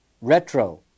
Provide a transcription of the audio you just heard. retro